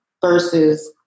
versus